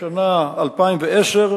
בשנת 2010,